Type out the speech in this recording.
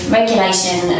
regulation